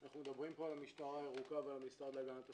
אנחנו מדברים פה על המשטרה הירוקה ועל המשרד להגנת הסביבה.